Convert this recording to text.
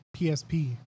PSP